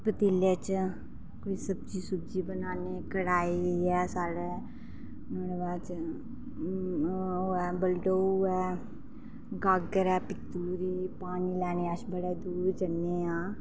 पतीले च कोई सब्जी सुब्जी बनाने कढ़ाई ऐ साढ़ै ते अस ओह् ऐ बलटोह् ऐ गागर ऐ पतीली दी पानी लैने अस बड़ा दूर जन्ने आं